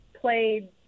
played